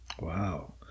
Wow